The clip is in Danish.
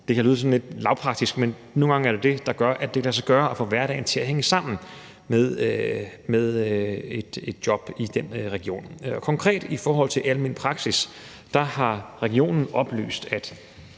Det kan lyde sådan lidt lavpraktisk, men nogle gange er det det, der gør, at det kan lade sig gøre at få hverdagen til at hænge sammen med et job i den region. Og konkret i forhold til almen praksis har regionen oplyst, at